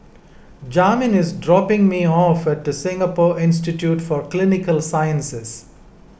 Jamin is dropping me off at Singapore Institute for Clinical Sciences